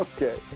Okay